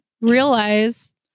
realize